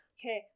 Okay